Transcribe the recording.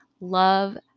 love